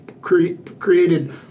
created